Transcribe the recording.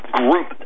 group